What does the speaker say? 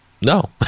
No